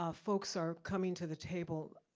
ah folks are coming to the table,